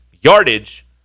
yardage